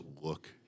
look